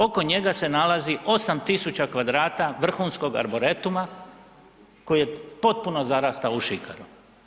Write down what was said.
Oko njega se nalazi 8000 kvadrata vrhunskog arboretuma koji je potpuno zarastao u šikaru.